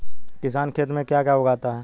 किसान खेत में क्या क्या उगाता है?